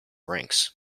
ranks